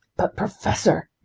but professor,